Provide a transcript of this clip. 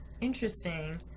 interesting